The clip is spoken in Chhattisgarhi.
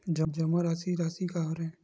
जमा राशि राशि का हरय?